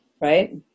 Right